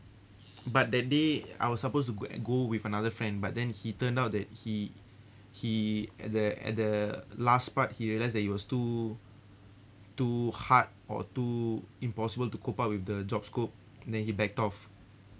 but that day I was supposed to go an~ go with another friend but then he turned out that he he at the at the last part he realised that it was too too hard or too impossible to cope up with the job scope then he backed off